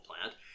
plant